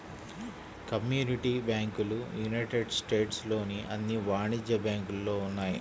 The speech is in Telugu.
కమ్యూనిటీ బ్యాంకులు యునైటెడ్ స్టేట్స్ లోని అన్ని వాణిజ్య బ్యాంకులలో ఉన్నాయి